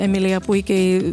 emilija puikiai